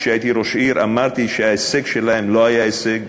כשהייתי ראש עיר אמרתי שההישג שלהם לא היה הישג.